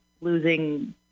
losing